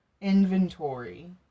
inventory